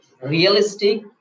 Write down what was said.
Realistic